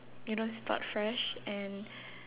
you know start fresh and